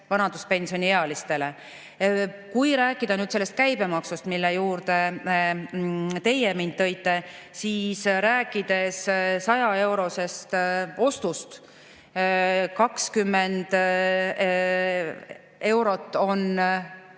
vanaduspensioniealistele. Kui rääkida käibemaksust, mille juurde teie mind tõite, siis rääkides 100‑eurosest ostust, kus 20 eurot on